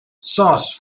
sauce